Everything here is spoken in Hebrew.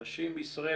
אנשים בישראל.